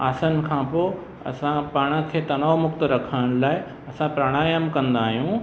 आसन खां पोइ असां पाण खे तनाव मुक्त रखण लाइ असां प्रणायाम कंदा आहियूं